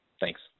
Thanks